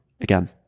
Again